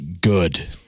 Good